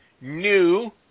new